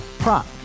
Prop